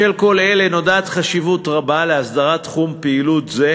בשל כל אלה נודעת חשיבות רבה להסדרת תחום פעילות זה,